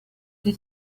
did